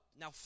Now